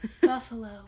buffalo